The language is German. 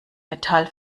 metall